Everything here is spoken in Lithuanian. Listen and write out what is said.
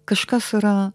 kažkas yra